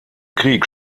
krieg